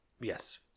Yes